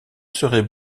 serait